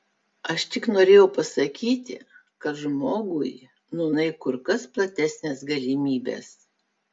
aš tik norėjau pasakyti kad žmogui nūnai kur kas platesnės galimybės